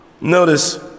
notice